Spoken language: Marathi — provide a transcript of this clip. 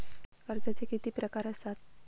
कर्जाचे किती प्रकार असात?